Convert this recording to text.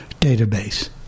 database